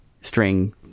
string